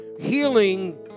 healing